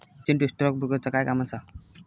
Chintu, stock ब्रोकरचा काय काम असा?